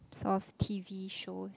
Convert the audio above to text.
of T_V shows